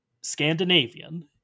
Scandinavian